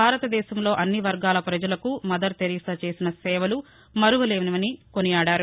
భారతదేశంలో అన్ని వర్గాల ప్రజలకు మదర్థెరిసా చేసిన సేవలు మరువలేనివని కొనియాడారు